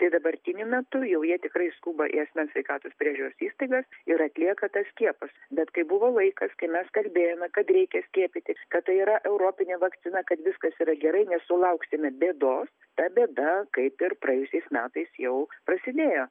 tai dabartiniu metu jau jie tikrai skuba į asmens sveikatos priežiūros įstaigas ir atlieka tas skiepus bet kai buvo laikas kai mes kalbėjome kad reikia skiepytis kada yra europinė vakcina kad viskas yra gerai nesulauksime bėdos ta bėda kaip ir praėjusiais metais jau prasidėjo